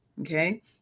okay